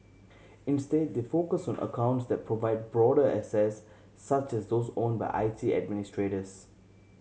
instead they focus on accounts that provide broader access such as those owned by I T administrators